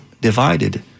divided